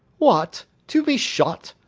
what! to be shot!